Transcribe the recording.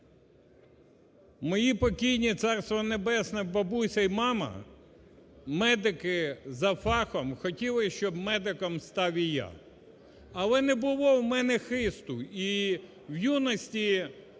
Мої покійні, царство небесне, бабуся і мама, медики за фахом, хотіли, щоб медиком став і я. Але не було в мене хисту, і в юності